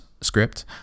script